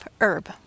herb